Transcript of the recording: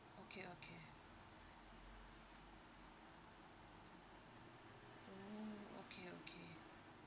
okay okay oh okay okay